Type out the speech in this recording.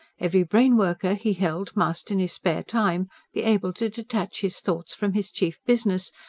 every brainworker, he held, must in his spare time be able to detach his thoughts from his chief business,